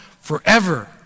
forever